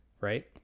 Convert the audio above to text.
right